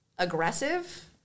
Aggressive